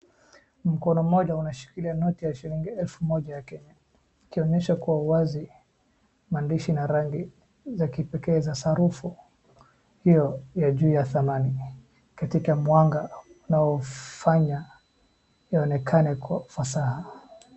Mkono mmoja anashikilia noti ya shilingi elfu moja ya Kenya ikionyesha kwa wazi maandishi na rangi za kipekee za sarufu hiyo ya juu ya thamani katika mwanga unaofanya ionekane kwa fasaha.